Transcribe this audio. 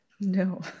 No